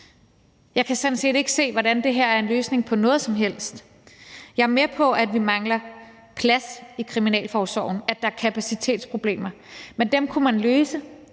set ikke se, hvordan det her er en løsning på noget som helst. Jeg er med på, at vi mangler plads i kriminalforsorgen, at der er kapacitetsproblemer, men dem kunne man løse